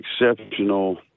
exceptional